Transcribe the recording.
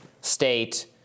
state